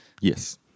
Yes